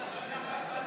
הצבעתך נרשמה,